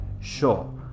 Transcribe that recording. Sure